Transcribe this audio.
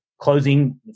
closing